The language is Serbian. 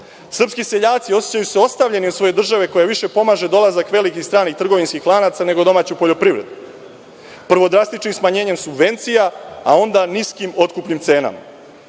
Srpski seljaci osećaju se ostavljenim od svoje države koja više pomaže dolazak velikih stranih trgovinskih lanaca, nego domaću poljoprivredu. Prvo, drastičnim smanjenjem subvencija, a onda niskim otkupnim cenama. Lekari